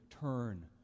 turn